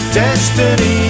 destiny